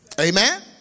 Amen